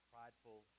Prideful